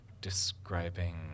describing